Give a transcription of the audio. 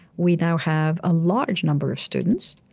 we now have a large number of students,